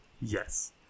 Yes